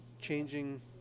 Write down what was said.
changing